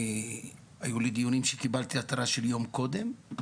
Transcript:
היו לי דיונים שקיבלתי התרעה של יום קודם,